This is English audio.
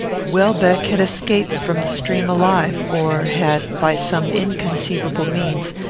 welbeck had escaped from the stream alive or had, by some inconceivable means,